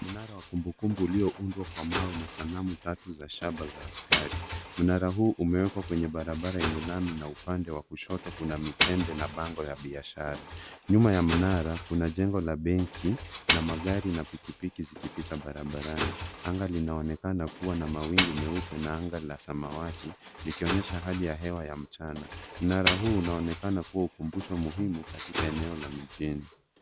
Mnara wa kumbukumbu ulioundwa kwa mawe na sanamu tatu za shaba za askari. Mnara huu umewekwa kwenye barabara yenye lami na upande wa kushoto kuna mitende na bango ya biashara. Nyuma ya mnara kuna jengo la benki na magari na pikipiki zikipita barabarani. Anga linaonekana kuwa na mawingu meupe na anga la samwati likionyesha hali ya hewa ya mchana. Mnara huu unaonekana kuwa ukumbusho muhimu katika eneo la mijini.